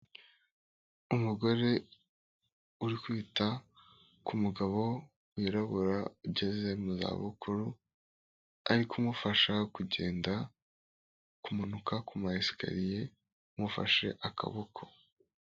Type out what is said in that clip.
Umugore uri kwita ku mugabo wirabura ugeze mu za bukuru ari kumufasha kugenda, kumanuka ku maekariye amufashe akaboko.